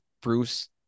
Bruce